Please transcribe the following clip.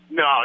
No